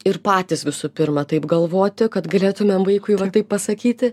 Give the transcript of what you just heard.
ir patys visų pirma taip galvoti kad galėtumėm vaikui va taip pasakyti